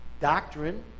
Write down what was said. doctrine